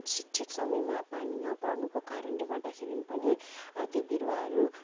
ठिक समयमा पानी नपर्नुको कारणले गर्दाखेरि पनि त्यो बिरुवाहरू